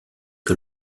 que